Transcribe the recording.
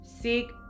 seek